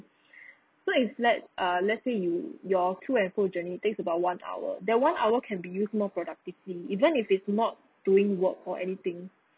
so if like uh let's say you your to-and-fro journey takes about one hour that one hour can be used more productively even if it's not doing work or anything